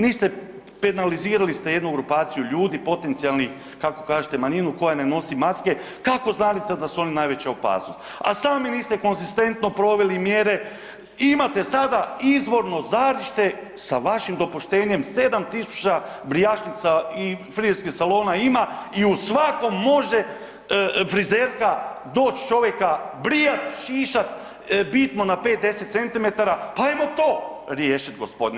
Niste, penalizirali ste jednu grupaciju ljudi potencijalnih, kako kažete manjinu koja ne nosi maske, kako znadete da su oni najveća opasnost, a sami niste konzistentno proveli mjere, imate sada izvorno žarište sa vašim dopuštenjem 7.000 brijačnica i frizerskih salona ima i u svakom može frizerka doći čovjeka brijat, šišat, bit mu na 5 – 10 cm, pa ajmo to riješiti gospodine.